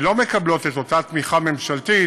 שלא מקבלות את אותה תמיכה ממשלתית,